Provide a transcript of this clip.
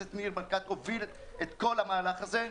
הכנסת ניר ברקת הוביל את כל המהלך הזה.